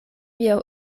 via